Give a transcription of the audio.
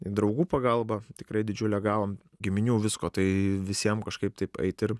draugų pagalba tikrai didžiulę gavom giminių visko tai visiem kažkaip taip ait ir